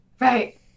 Right